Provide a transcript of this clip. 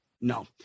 No